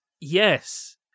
Yes